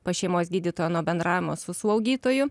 pas šeimos gydytoją nuo bendravimo su slaugytoju